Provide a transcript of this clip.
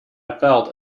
felt